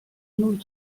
null